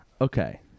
Okay